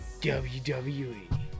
WWE